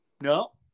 No